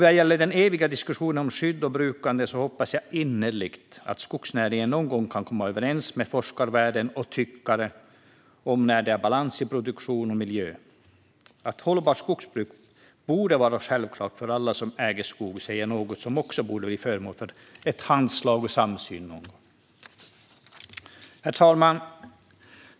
Vad gäller den eviga diskussionen om skydd och brukande hoppas jag innerligt att skogsnäringen någon gång kan komma överens med forskarvärlden och tyckare om när det är balans i produktion och miljö. Att hållbart skogsbruk borde vara självklart för alla som äger skog ser jag som något som också borde bli föremål för ett handslag och en samsyn. Herr talman!